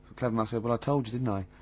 clever mouse said, well i told you, didn't i.